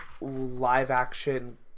live-action